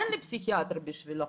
אין לי פסיכיאטר בשבילו.